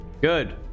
Good